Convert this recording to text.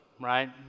right